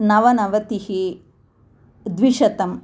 नवनवतिः द्विशतं